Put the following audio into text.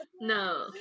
No